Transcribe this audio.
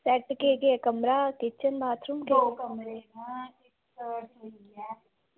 set केह् ऐ कमरा किचन बाथरूम केह् केह्